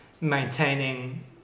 maintaining